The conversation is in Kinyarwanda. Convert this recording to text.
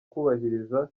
kubahiriza